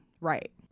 Right